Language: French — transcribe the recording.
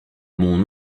mon